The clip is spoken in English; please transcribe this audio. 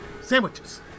sandwiches